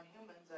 humans